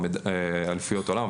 או באליפויות עולם,